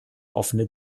offene